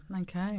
Okay